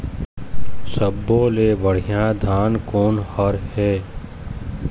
सब्बो ले बढ़िया धान कोन हर हे?